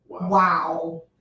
Wow